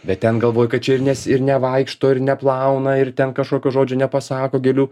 bet ten galvoju kad čia ir nes ir nevaikšto ir neplauna ir ten kažkokio žodžio nepasako gėlių